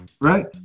right